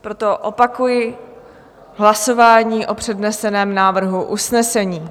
Proto opakuji hlasování o předneseném návrhu usnesení.